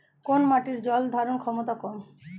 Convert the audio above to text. কোন মাটির জল ধারণ ক্ষমতা কম?